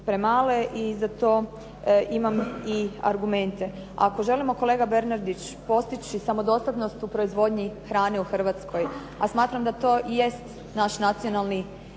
premale i za to imam i argumente. Ako želimo kolega Bernardić postići samodostatnost u proizvodnji hrane u Hrvatskoj, a smatram da to i jest naš nacionalni